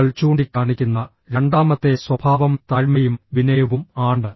അവൾ ചൂണ്ടിക്കാണിക്കുന്ന രണ്ടാമത്തെ സ്വഭാവം താഴ്മയും വിനയവും ആണ്